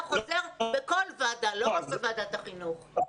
זה חוזר בכל ועדה ולא רק בוועדת החינוך.